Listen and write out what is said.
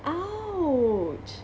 !ouch!